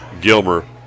Gilmer